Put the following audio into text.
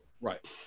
Right